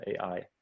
AI